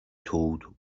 told